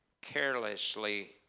carelessly